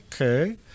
okay